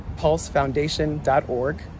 PulseFoundation.org